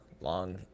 long